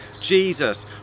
Jesus